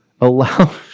allow